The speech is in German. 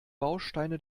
bausteine